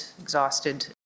exhausted